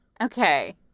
Okay